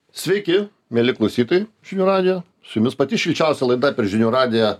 sveiki mieli klausytojai žinių radijo su jumis pati šilčiausia laida per žinių radiją